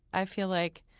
i feel like